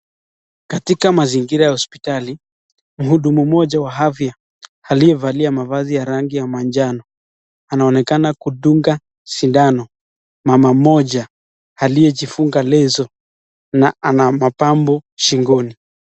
Katika mazingira ya hospotali , mhudumu mmoja wa afya aliyevalia mavazi ya rangi ya rangi ya manjano, anaonekana kudunga sindano mama mmoja aliyejifunga leso na ana mapambo shingoni.